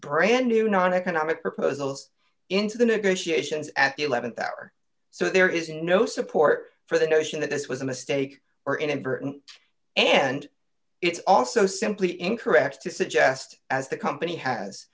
brand new non economic proposals into the negotiations at the th hour so there is no support for the notion that this was a mistake or inadvertent and it's also simply incorrect to suggest as the company has